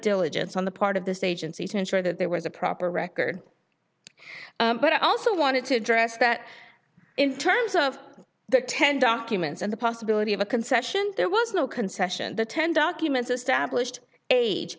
diligence on the part of this agency to ensure that there was a proper record but i also wanted to address that in terms of the ten documents and the possibility of a concession there was no concession the ten documents established age